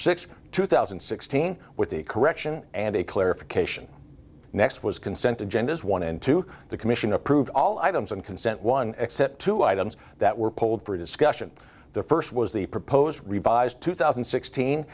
sixth two thousand and sixteen with the correction and a clarification next was consent agendas one and two the commission approved all items and consent one except two items that were polled for discussion the first was the proposed revised two thousand and sixteen